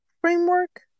framework